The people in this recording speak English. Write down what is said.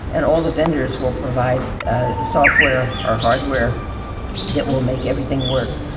and all the vendors will provide ah software or hardware that will make everything work.